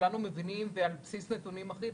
שכולנו מבינים ועל בסיס נתונים אחידים,